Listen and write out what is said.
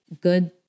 good